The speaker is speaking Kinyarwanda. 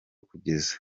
kugeza